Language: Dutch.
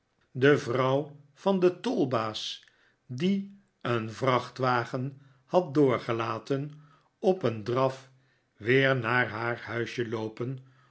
de maarten chuzzlewit vrouw van den tolbaas die een vrachtwagen had doorgelaten op een draf weer naar haar huisje loopen